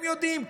הם יודעים,